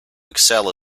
excel